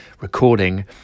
recording